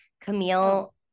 Camille